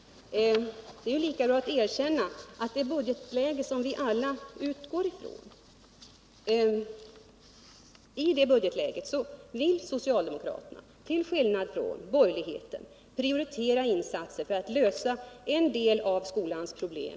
Det är lika bra att erkänna att i det budgetläge som vi alla utgår ifrån vill socialdemokraterna till skillnad från de borgerliga prioritera en utökning av personalen för att lösa vissa av skolans problem.